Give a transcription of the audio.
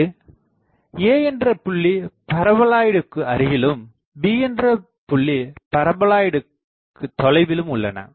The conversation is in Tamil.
இங்கு A என்ற புள்ளி பரபோலாய்ட்க்கு அருகிலும் B என்ற புள்ளி பரபோலாய்ட்க்கு தொலைவிலும் உள்ளன